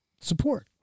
Support